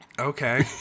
Okay